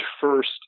first